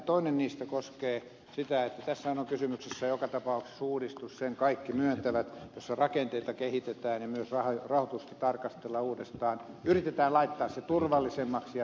toinen niistä koskee sitä että tässähän on kysymyksessä joka tapauksessa uudistus sen kaikki myöntävät jossa rakenteita kehitetään ja myös rahoitusta tarkastellaan uudestaan yritetään laittaa se turvallisemmaksi ja tehokkaammaksi